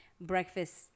breakfast